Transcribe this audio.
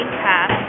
pass